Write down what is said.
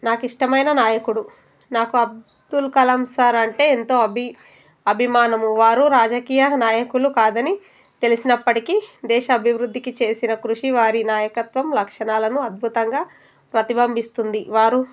నాకు ఇష్టమైన నాయకుడు నాకు అబ్దుల్ కలాం సార్ అంటే ఎంతో అభి అభిమానము వారు రాజకీయ నాయకులు కాదని తెలిసినప్పటికీ దేశ అభివృద్ధికి చేసిన కృషి వారి నాయకత్వం లక్షణాలను అద్భుతంగా ప్రతిబింబిస్తుంది వారు